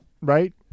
right